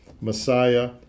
Messiah